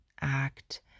act